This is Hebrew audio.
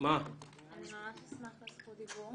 אני ממש אשמח לזכות דיבור.